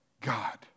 God